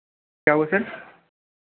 क्या हुआ सर